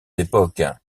époques